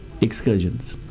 Excursions